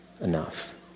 enough